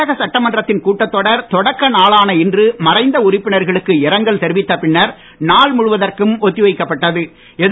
தமிழக சட்டமன்றத்தின் கூட்டத்தொடர் தொடக்க நாளான இன்று மறைந்த உறுப்பினர்களுக்கு இரங்கல் தெரிவித்த பின்னர் நாள் ஒத்திவைக்கப் பட்டது